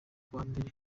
wambere